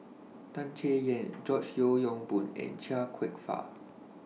Tan Chay Yan George Yeo Yong Boon and Chia Kwek Fah